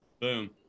Boom